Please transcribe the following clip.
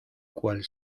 cual